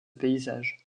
paysage